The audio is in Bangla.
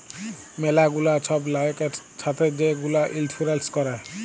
ম্যালা গুলা ছব লয়কের ছাথে যে গুলা ইলসুরেল্স ক্যরে